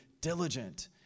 diligent